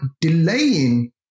delaying